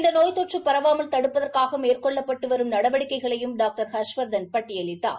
இந்த நோய் தொற்று பரவாமல் தடுப்பதற்காக மேற்கொள்ளப்பட்டு வரும் நடவடிக்கைகளையும் டாக்டர் ஹர்ஷவர்தன் பட்டியிலிட்டார்